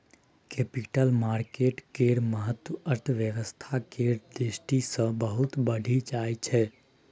capital market केर महत्व अर्थव्यवस्था केर दृष्टि सँ बहुत बढ़ि जाइ छै